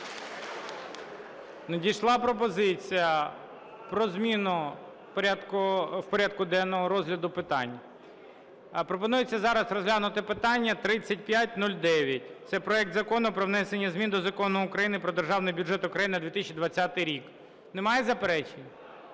Надійшла пропозиція про зміну в порядку денному розгляду питань. Пропонується зараз розглянути питання 3509, це проект Закону про внесення змін до Закону України "Про Державний бюджет України на 2020 рік". Немає заперечень?